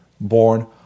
born